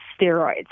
steroids